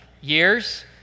years